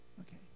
okay